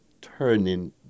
turning